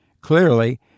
clearly